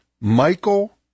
Michael